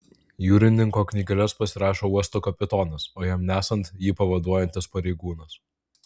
jūrininko knygeles pasirašo uosto kapitonas o jam nesant jį pavaduojantis pareigūnas